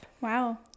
wow